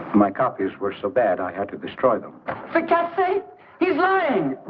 my copies were so bad i had to destroy them to get say he's lying.